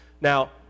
Now